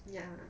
ya